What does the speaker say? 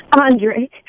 Andre